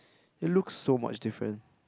it looks so much different